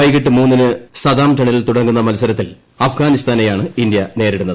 വൈകീട്ട് മൂന്നിന് സതാംപ്ടണിൽ തുടങ്ങുന്ന മത്സരത്തിൽ അഫ്ഗാനിസ്ഥാനെയാണ് ഇന്ത്യ നേരിടുന്നത്